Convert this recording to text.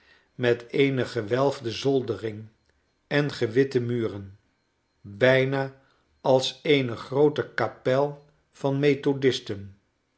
met eene gewelfde zoldering en gewitte muren bijna als eene groote kapel van